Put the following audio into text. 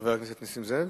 חבר הכנסת נסים זאב.